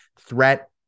threat